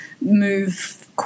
move